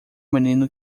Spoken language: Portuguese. menino